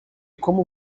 como